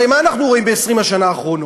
הרי מה אנחנו רואים ב-20 השנה האחרונות?